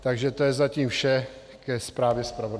Takže to je zatím vše ke zprávě zpravodaje.